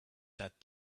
that